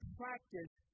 practice